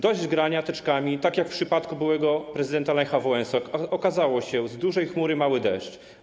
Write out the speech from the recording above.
Dość grania teczkami, tak jak w przypadku byłego prezydenta Lecha Wałęsy - okazało się, że z dużej chmury mały deszcz.